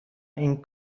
این